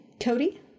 Cody